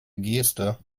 geste